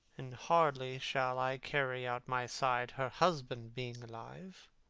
and hardly shall i carry out my side, her husband being alive.